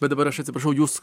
bet dabar aš atsiprašau jūs